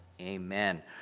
Amen